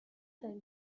داری